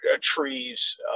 trees